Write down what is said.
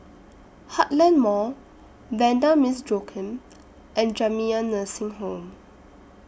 Heartland Mall Vanda Miss Joaquim and Jamiyah Nursing Home